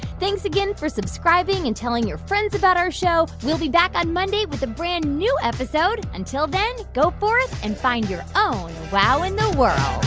thanks again for subscribing and telling your friends about our show. we'll be back on monday with a brand new episode. until then, go forth, and find your own wow in the world